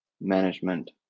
management